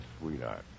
sweetheart